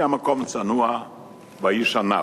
כי המקום צנוע והאיש עניו.